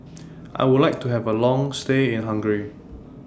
I Would like to Have A Long stay in Hungary